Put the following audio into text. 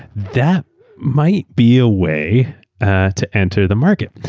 that might be a way ah to enter the market.